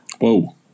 whoa